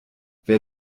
wer